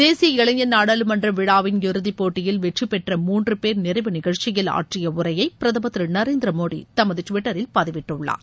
தேசிய இளைஞர் நாடாளுமன்ற விழாவின் இறுதி போட்டியில் வெற்றி பெற்ற மூன்று பேர் நிறைவு நிகழ்ச்சியில் ஆற்றிய உரையை பிரதமர் திரு நரேந்திர மோடி தமது டுவிட்டரில் பதிவிட்டுள்ளார்